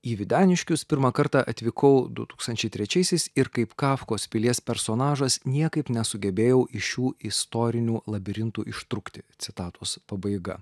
į videniškius pirmą kartą atvykau du tūkstančiai trečiaisiais ir kaip kafkos pilies personažas niekaip nesugebėjau iš šių istorinių labirintų ištrūkti citatos pabaiga